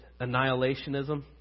annihilationism